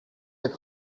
jak